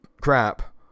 crap